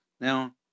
Now